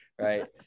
right